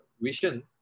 vision